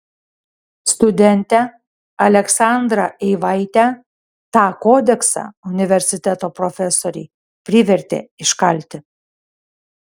studentę aleksandrą eivaitę tą kodeksą universiteto profesoriai privertė iškalti